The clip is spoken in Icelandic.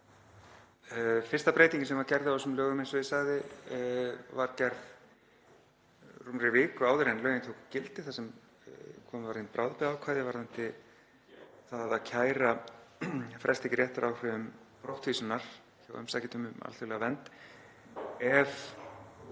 Fyrsta breytingin sem var gerð á þessum lögum, eins og ég sagði, var gerð rúmri viku áður en lögin tóku gildi þar sem komið var inn bráðabirgðaákvæði varðandi það að kæra fresti ekki réttaráhrifum brottvísunar hjá umsækjendum um alþjóðlega vernd